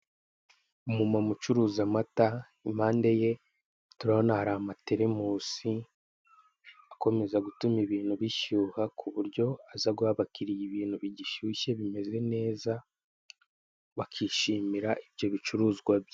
Umumama ucuruza amata, impande ye turabona hari amateremusi, akomeza gutuma ibintu bishyuha, ku buryo aza guha abakiriya ibintu bigishyushye bimeze neza, bakishimira ibyo bicuruzwa bye.